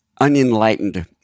unenlightened